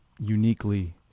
uniquely